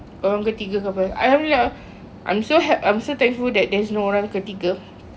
orang ketiga ke apa alhamdulillah I'm so happy I'm so thankful that there's no orang ketiga